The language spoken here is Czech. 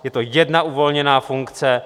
Je to jedna uvolněná funkce.